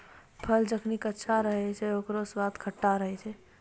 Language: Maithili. फल जखनि कच्चा रहै छै, ओकरौ स्वाद खट्टा रहै छै